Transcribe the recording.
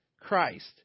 Christ